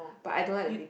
but I don't like the people